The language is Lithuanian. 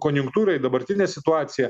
konjunktūrą į dabartinę situaciją